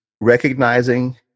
recognizing